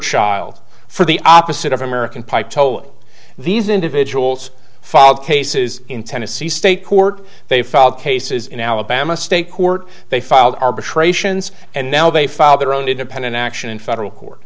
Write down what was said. child for the opposite of american pie told these individuals fall cases in tennessee state court they filed cases in alabama state court they filed arbitrations and now they filed their own independent action in federal court